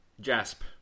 Jasp